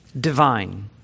divine